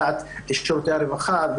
בדעת שירותי הרווחה,